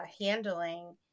handling